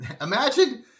imagine